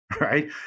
right